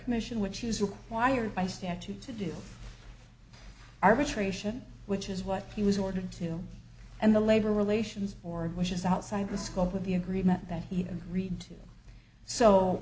american mission which is required by statute to do arbitration which is what he was ordered to and the labor relations board which is outside the scope of the agreement that he agreed to so